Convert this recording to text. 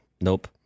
nope